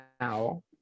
now